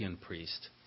priest